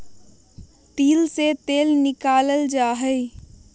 तिल से तेल निकाल्ल जाहई